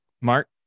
Mark